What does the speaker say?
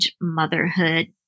motherhood